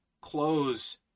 close